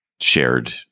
shared